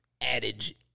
adage